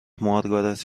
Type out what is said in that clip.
مارگارت